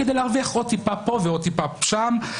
כדי להרוויח עוד טיפה פה ועוד טיפה שם.